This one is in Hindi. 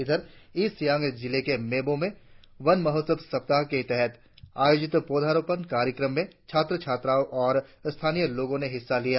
इधर ईस्ट सियांग़ जिले के मेबो में वन महोत्सव सप्ताह के तहत आयोजित पौधारोपण कार्यक्रम में छात्र छात्राओं और स्थानीय लोगों ने हिस्सा लिया